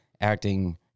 acting